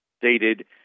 stated